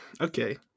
okay